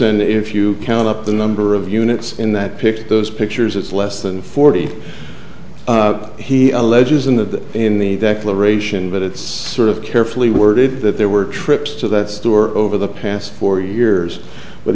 and if you count up the number of units in that picked those pictures it's less than forty he alleges in that in the declaration but it's sort of carefully worded that there were trips to that store over the past four years but